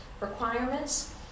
requirements